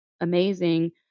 amazing